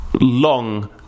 long